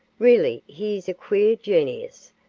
really he is a queer genius,